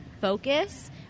focus